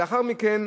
לאחר מכן,